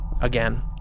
Again